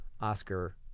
Oscar